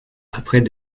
après